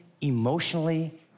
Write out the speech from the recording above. emotionally